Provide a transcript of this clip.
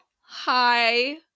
hi